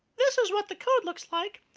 this is what the code looks like.